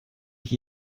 ich